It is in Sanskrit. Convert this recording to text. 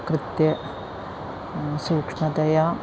कृत्य सूक्ष्मतया